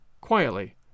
quietly